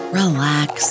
relax